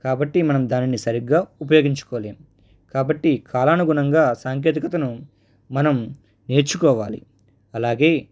కాబట్టి మనం దానిని సరిగ్గా ఉపయోగించుకోలేం కాబట్టి కాలానుగుణంగా సాంకేతికతను మనం నేర్చుకోవాలి అలాగే